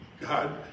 God